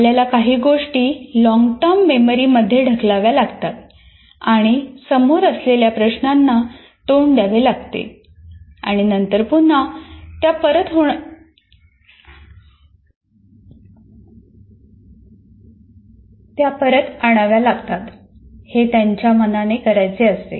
आपल्याला काही गोष्टी लॉन्गटर्म मेमरी मध्ये ढकलाव्या लागतात आणि समोर असलेल्या प्रश्नाला तोंड द्यावे लागते आणि नंतर पुन्हा त्या परत आणाव्या लागतात हे त्याच्या मनाने करायचे असते